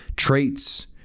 traits